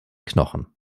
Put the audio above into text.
knochen